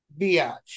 biatch